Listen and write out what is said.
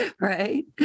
right